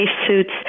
spacesuits